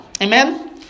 Amen